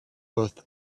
both